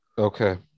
Okay